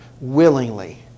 willingly